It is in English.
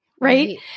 right